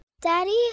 Daddy